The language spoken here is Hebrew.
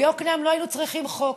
ביקנעם לא היינו צריכים חוק.